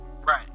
right